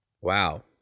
wow